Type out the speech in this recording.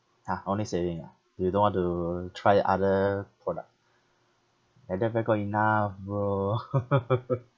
!huh! only saving ah you don't want to try other product like that where got enough bro